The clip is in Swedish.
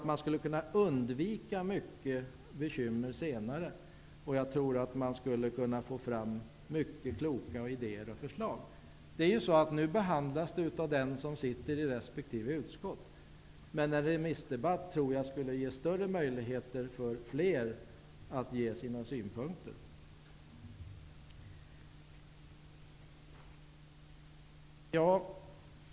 Man skulle kunna undvika mycket bekymmer senare, och man skulle kunna få fram många kloka idéer och förslag. Nu behandlas ärendena av dem som sitter i resp. utskott, men jag tror att en remissdebatt skulle ge större möjligheter för fler att ge sina synpunkter.